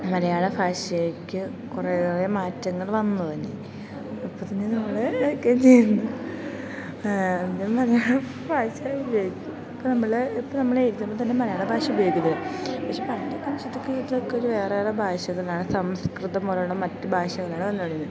മലയാള ഭാഷയ്ക്ക് കുറെയേറെ മാറ്റങ്ങള് വന്നത് തന്നെ ഇപ്പം തന്നെ നമ്മൾ എന്ത് ചെയ്യുന്ന് മലയാള ഭാഷ ഉപയോഗിക്കും ഇപ്പം നമ്മള് ഇപ്പം നമ്മള് എഴുതുമ്പം തന്നെ മലയാള ഭാഷ ഉപയോഗിക്കും അത് പക്ഷെ പണ്ട് കാലത്തൊക്കെ ഇതൊക്കൊരു വേറേറെ ഭാഷകളാണ് സംസ്കൃതം പോലുള്ള മറ്റ് ഭാഷകളാണ് വന്നുകൊണ്ടിരുന്നത്